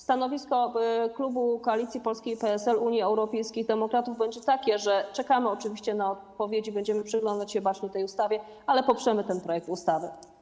Stanowisko klubu Koalicji Polskiej - PSL, Unii Europejskich Demokratów będzie takie, że czekamy na odpowiedzi, będziemy przyglądać się bacznie tej ustawie, ale poprzemy ten projekt ustawy.